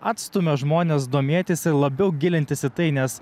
atstumia žmones domėtis ir labiau gilintis į tai nes